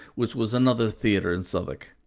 which was another theatre in southwark.